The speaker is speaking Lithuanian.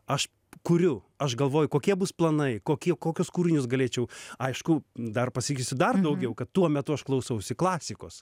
aš kuriu aš galvoju kokie bus planai kokie kokius kūrinius galėčiau aišku dar pasakysiu dar daugiau kad tuo metu aš klausausi klasikos